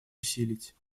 усилить